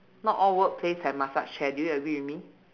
not all workplace have massage chair do you agree with me